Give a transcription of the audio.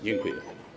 Dziękuję.